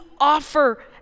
offer